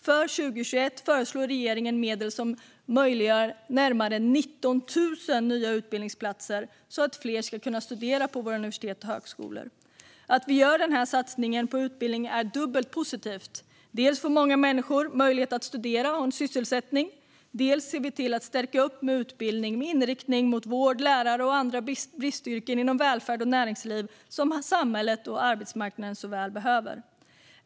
För 2021 föreslår regeringen medel som möjliggör närmare 19 000 nya utbildningsplatser så att fler kan studera på universitet och högskola. Att vi gör denna satsning på utbildning är dubbelt positivt, dels får många människor möjlighet att studera och få en sysselsättning, dels ser vi till att stärka upp med utbildning med inriktning mot vårdyrken, läraryrket och andra bristyrken inom välfärd och näringsliv som samhället och arbetsmarknaden så väl behöver.